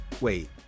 wait